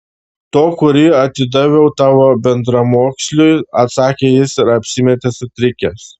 to kurį atidaviau tavo bendramoksliui atsakė jis ir apsimetė sutrikęs